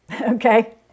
Okay